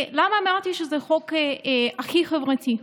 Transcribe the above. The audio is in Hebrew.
למה אמרתי שזה החוק הכי חברתי?